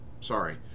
Sorry